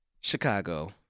Chicago